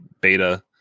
beta